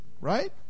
right